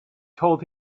told